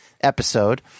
episode